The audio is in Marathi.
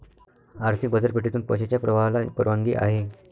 आर्थिक बाजारपेठेतून पैशाच्या प्रवाहाला परवानगी आहे